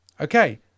okay